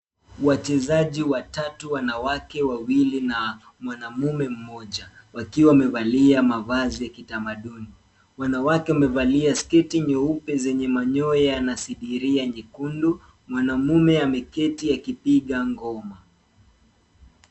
Wachezaji watatu, wanawake wawili na mwanamume mmoja wakiwa wamevalia mavazi ya kitamaduni. Wanawake wamevalia sketi nyeupe zenye manyoya na sidiria nyekundu. Mwanaume ameketi akipiga ngoma.